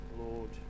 Lord